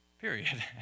Period